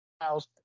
house